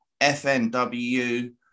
FNW